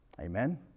Amen